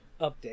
update